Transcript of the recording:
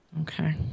Okay